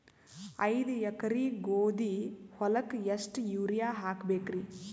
ಐದ ಎಕರಿ ಗೋಧಿ ಹೊಲಕ್ಕ ಎಷ್ಟ ಯೂರಿಯಹಾಕಬೆಕ್ರಿ?